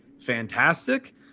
fantastic